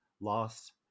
lost